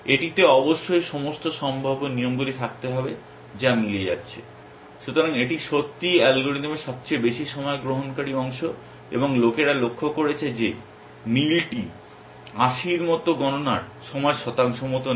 এটিতে অবশ্যই সমস্ত সম্ভাব্য নিয়মগুলি থাকতে হবে যা মিলে যাচ্ছে । সুতরাং এটি সত্যিই অ্যালগরিদমের সবচেয়ে বেশি সময় গ্রহণকারী অংশ এবং লোকেরা লক্ষ্য করেছে যে মিল টি 80 এর মতো গণনার সময়ের শতাংশ মত নেয়